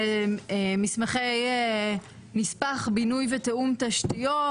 מסמכי נספח בינוי ותיאום תשתיות,